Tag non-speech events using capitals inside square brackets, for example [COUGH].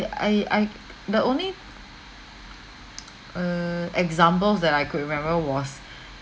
I I the only [NOISE] err examples that I could remember was [BREATH]